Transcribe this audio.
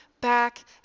back